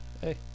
Hey